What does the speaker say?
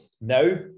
Now